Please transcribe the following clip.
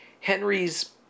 Henry's